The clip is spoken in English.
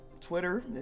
Twitter